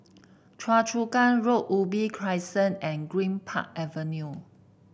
Choa Chu Kang Road Ubi Crescent and Greenpark Avenue